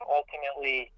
ultimately